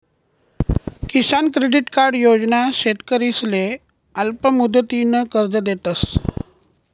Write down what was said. किसान credit card योजना शेतकरीसले अल्पमुदतनं कर्ज देतस